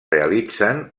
realitzen